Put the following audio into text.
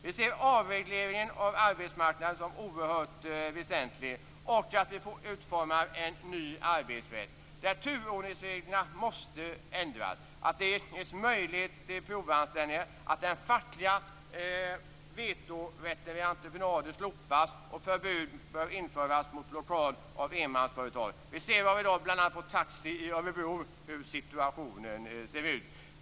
Vi ser avregleringen av arbetsmarknaden som oerhört väsentlig, och likaså att vi utformar en ny arbetsrätt där turordningsreglerna måste ändras. Det skall finnas möjlighet till provanställningar, och den fackliga veteorätten vid entreprenader måste slopas. Förbud bör införas mot blockad av enmansföretag. Vi ser i dag bl.a. på taxi i Örebro hur situationen är.